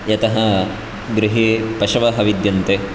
यतः गृहे पशवः विद्यन्ते